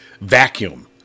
vacuum